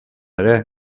ere